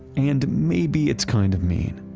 and maybe it's kind of mean.